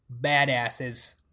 badasses